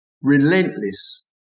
relentless